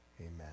amen